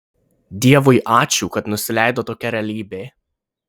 dievui ačiū kad nusileido tokia realybė